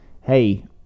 hey